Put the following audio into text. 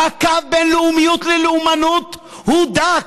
והקו בין לאומיות ללאומנות הוא דק,